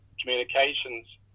communications